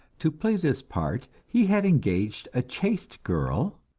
to play this part he had engaged a chaste girl,